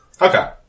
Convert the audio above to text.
Okay